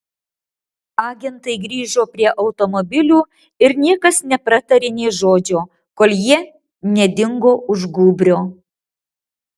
agentai grįžo prie automobilių ir niekas nepratarė nė žodžio kol jie nedingo už gūbrio